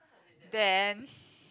then